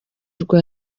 rwa